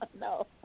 No